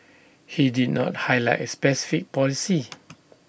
he did not highlight A specific policy